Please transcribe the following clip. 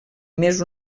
més